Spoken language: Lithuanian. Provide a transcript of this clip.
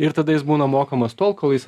ir tada jis būna mokamas tol kol jis